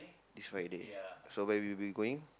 this Friday so where will you be going